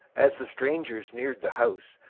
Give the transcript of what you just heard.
as the strangers neared the house,